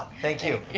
thank you.